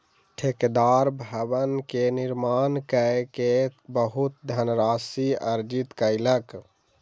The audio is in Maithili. ठेकेदार भवन के निर्माण कय के बहुत धनराशि अर्जित कयलक